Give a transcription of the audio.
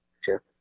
sure